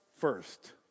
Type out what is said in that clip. first